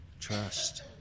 trust